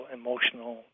emotional